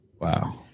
Wow